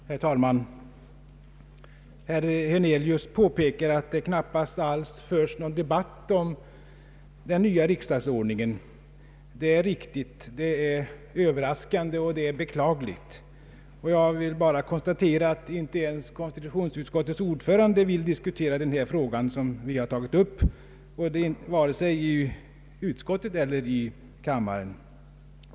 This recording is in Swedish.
Herr talman! Herr Hernelius påpekar att det nästan inte alls förts någon debatt om den nya riksdagsordningen. Detta är riktigt — det är också överraskande och beklagligt. Jag konstaterar att inte ens konstitutionsutskottets ordförande velat diskutera den fråga som vi har tagit upp, vare sig i utskottet eller i kammaren.